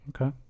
Okay